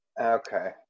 Okay